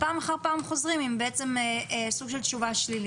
פעם אחר פעם חוזרים עם בעצם סוג של תשובה שלילית.